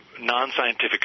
non-scientific